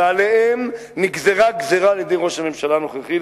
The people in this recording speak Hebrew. ועליהם נגזרה גזירה על-ידי ראש הממשלה הנוכחי,